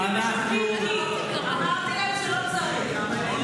אמרתי להם שלא צריך.